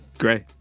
gray